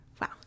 Wow